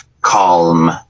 calm